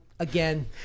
again